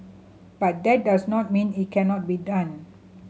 but that does not mean it cannot be done